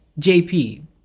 JP